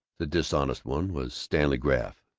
the dishonest one was stanley graff,